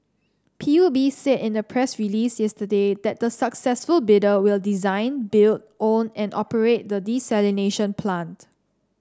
P U B said in a press release yesterday that the successful bidder will design build own and operate the desalination plant